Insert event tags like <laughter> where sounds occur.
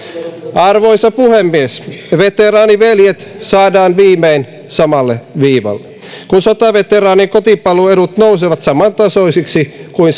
arvoisa puhemies veteraaniveljet saadaan viimein samalle viivalle kun sotaveteraanien kotipalveluedut nousevat samantasoisiksi kuin <unintelligible>